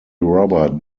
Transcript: robert